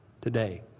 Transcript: today